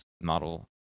model